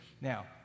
Now